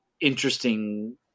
interesting